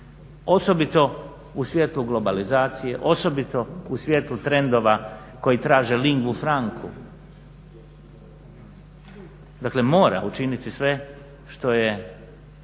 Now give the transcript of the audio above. osobito u svjetlu globalizacije, osobito u svjetlu trendova koji traže lingue franche, dakle mora učiniti sve što je